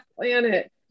planet